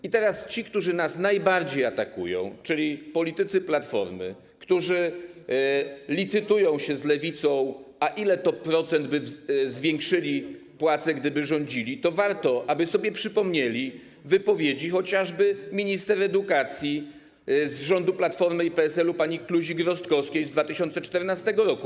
I teraz jeżeli chodzi o tych, którzy nas najbardziej atakują, czyli o polityków Platformy, którzy licytują się z Lewicą, o ile to procent zwiększyliby płace, gdyby rządzili, to warto, aby sobie przypomnieli wypowiedzi chociażby minister edukacji z rządu Platformy i PSL-u pani Kluzik-Rostkowskiej z 2014 r.